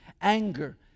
anger